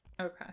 Okay